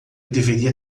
deveria